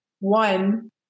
One